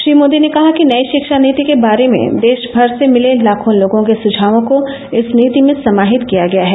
श्री मोदी ने कहा कि नई शिक्षा नीति के बारे में देशमर से मिले लाखों लोगों के सुझावों को इस नीति में समाहित किया गया है